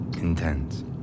intense